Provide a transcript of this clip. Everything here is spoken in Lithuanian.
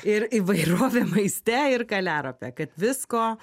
ir įvairovė maiste ir kaliaropė kad visko